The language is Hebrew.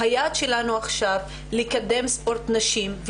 היעד שלנו עכשיו לקדם ספורט נשים,